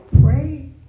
pray